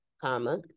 comma